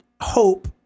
hope